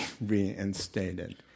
reinstated